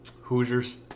Hoosiers